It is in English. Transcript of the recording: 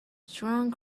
strong